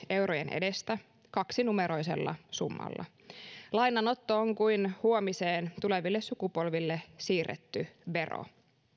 edestä kaksinumeroisella summalla lainanotto on kuin huomiseen tuleville sukupolville siirretty vero